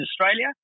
Australia